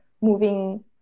moving